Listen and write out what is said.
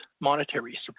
monetary